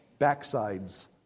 backsides